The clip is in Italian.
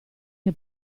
che